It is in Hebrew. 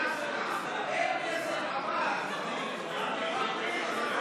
אתם הולכים לבחירות, חבר הכנסת קיש,